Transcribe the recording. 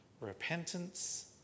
Repentance